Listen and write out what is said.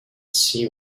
see